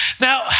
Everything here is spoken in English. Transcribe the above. Now